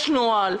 יש נוהל,